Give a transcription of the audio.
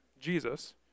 Jesus